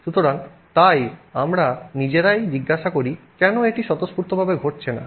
সুতরাং তাই আমরা নিজেরাই জিজ্ঞাসা করি কেন এটি স্বতঃস্ফূর্তভাবে ঘটছে না